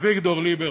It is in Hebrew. אביגדור ליברמן.